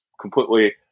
completely